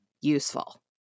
useful